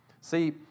See